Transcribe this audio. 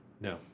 No